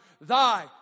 Thy